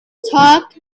talk